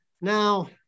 Now